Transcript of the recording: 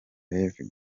rev